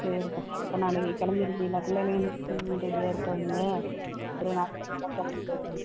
சரி அக்கா அப்போ நாளைக்கு கிளம்பி இருக்கீங்களா பிள்ளைகளையும் ரெடியாக இருக்க வைங்க ஒரு